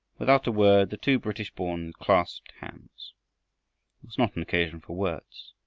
without a word the two british-born clasped hands. it was not an occasion for words.